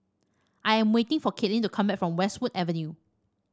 I'm waiting for Kaitlynn to come back from Westwood Avenue